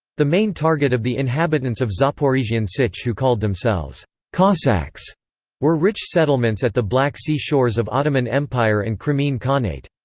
the main target of the inhabitants of zaporizhian sich who called themselves cossacks were rich settlements at the black sea shores of ottoman empire and crimean khanate.